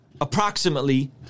approximately